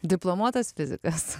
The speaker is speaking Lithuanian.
diplomuotas fizikas